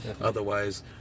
Otherwise